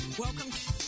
welcome